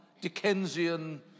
Dickensian